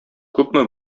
күпме